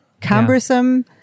cumbersome